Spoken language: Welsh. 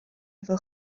efo